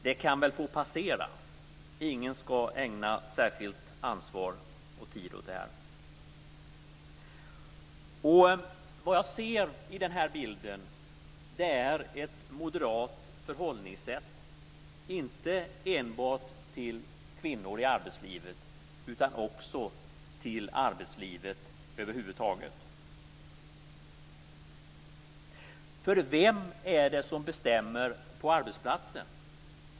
Det kan väl få passera. Ingen skall ägna särskilt ansvar och särskild tid åt det här. Vad jag ser i den här bilden är ett moderat förhållningssätt inte enbart till kvinnor i arbetslivet utan också till arbetslivet över huvud taget. För vem är det som bestämmer på arbetsplatsen?